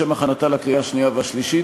לשם הכנתה לקריאה השנייה והשלישית.